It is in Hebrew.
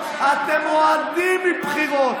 אתם רועדים מבחירות.